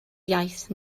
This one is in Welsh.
iaith